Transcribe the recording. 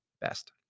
best